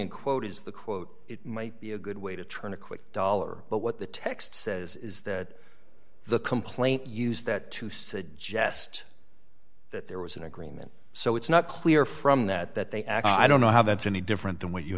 it quote is the quote it might be a good way to turn a quick dollar but what the text says is that the complaint used that to suggest that there was an agreement so it's not clear from that that they actually i don't know how that's any different than what you